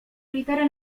litery